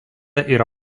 yra